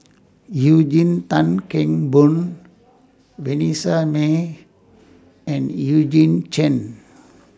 Eugene Tan Kheng Boon Vanessa Mae and Eugene Chen